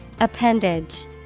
Appendage